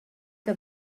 que